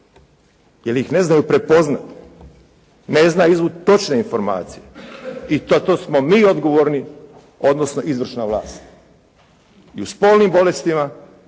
jer ih ne znaju prepoznati. Ne znaju izvuči točne informacije. I to smo mi odgovorni odnosno izvršna vlast. I u spolnim bolestima,